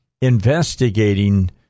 investigating